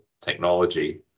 technology